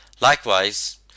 Likewise